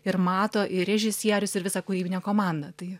ir mato ir režisierius ir visa kūrybinė komanda tai